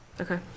Okay